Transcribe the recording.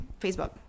Facebook